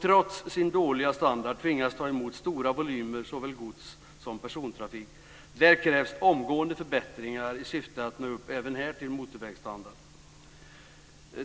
Trots sin dåliga standard tvingas den ta emot stora volymer av såväl gods som persontrafik. Där krävs omgående förbättringar i syfte att även här nå upp till motorvägsstandard.